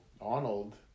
Arnold